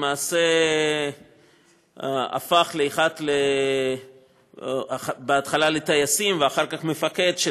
למעשה הפך בהתחלה לטייס ואחר כך למפקד של